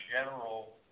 general